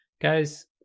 Guys